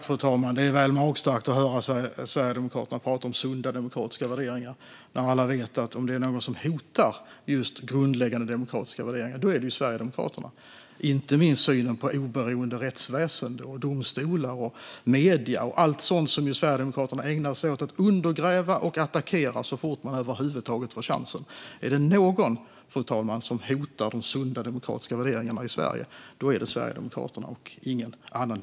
Fru talman! Det är väl magstarkt att höra Sverigedemokraterna prata om sunda demokratiska värderingar, när alla vet att om det är någon som hotar just grundläggande demokratiska värderingar är det Sverigedemokraterna. Inte minst gäller det synen på oberoende rättsväsen, domstolar, medier och allt sådant som Sverigedemokraterna ägnar sig åt att undergräva och attackera så fort de över huvud taget får chansen. Är det någon, fru talman, som hotar de sunda demokratiska värderingarna i Sverige är det Sverigedemokraterna och ingen annan.